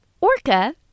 orca